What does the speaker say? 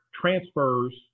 transfers